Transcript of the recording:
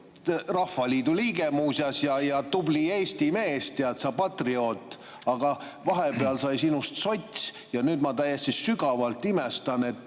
Rahvaliidu liige ja tubli eesti mees, tead sa, patrioot. Aga vahepeal sai sinust sots ja nüüd ma täiesti sügavalt imestan, et